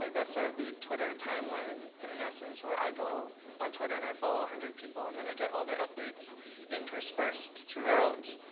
like that's sort of the twitter timeline, in an essence, where i go on twitter, and i follow one hundred people. and then i get all their updates interspersed throughout.